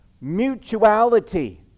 mutuality